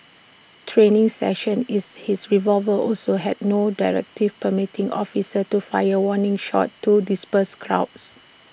training sessions is his revolver also had no directive permitting officers to fire warning shots to disperse crowds